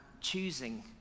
choosing